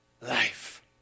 life